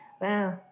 Wow